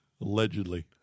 Allegedly